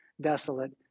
desolate